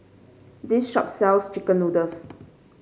this shop sells chicken noodles